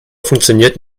funktioniert